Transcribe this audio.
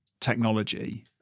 technology